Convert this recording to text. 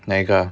哪一个